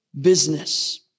business